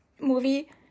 movie